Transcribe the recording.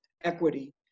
equity